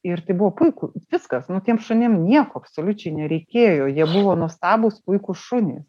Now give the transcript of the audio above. ir tai buvo puiku viskas nu tiem šunim nieko absoliučiai nereikėjo jie buvo nuostabūs puikūs šunys